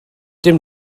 dim